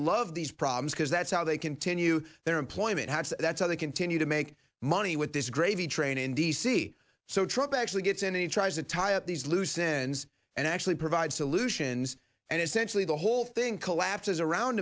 love these problems because that's how they continue their employment how it's that's how they continue to make money with this gravy train in d c so trip actually gets in and tries to tie up these loose ends and actually provide solutions and essentially the whole thing collapses around